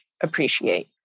appreciate